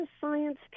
science